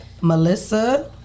Melissa